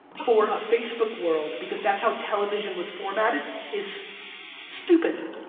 for a facebook world, because that's how television was formatted is stupid.